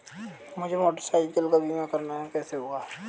मुझे अपनी motorcycle का बीमा करना है कैसे होगा?